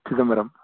Chidambaram